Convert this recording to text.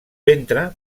ventre